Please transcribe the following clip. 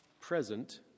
present